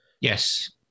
Yes